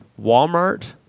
walmart